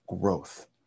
growth